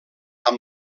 amb